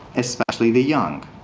especially the young,